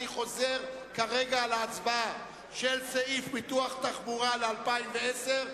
אני חוזר כרגע על ההצבעה של סעיף פיתוח התחבורה ל-2010.